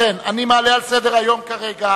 לכן, אני מעלה על סדר-היום כרגע